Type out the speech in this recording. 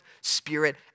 Spirit